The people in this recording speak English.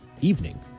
evening